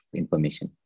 information